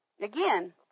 again